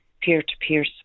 peer-to-peer